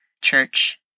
Church